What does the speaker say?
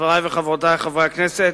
חברי וחברותי חברי הכנסת,